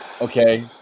Okay